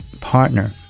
partner